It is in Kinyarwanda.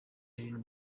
ibintu